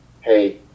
hey